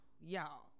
y'all